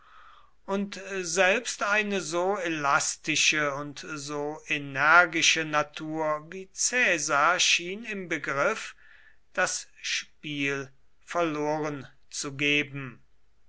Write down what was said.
und selbst eine so elastische und so energische natur wie caesar schien im begriff das spiel verloren zu geben